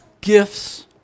Gifts